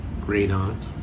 great-aunt